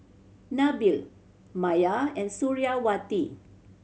Nabil Maya and Suriawati